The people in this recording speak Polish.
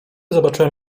zobaczyłem